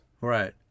Right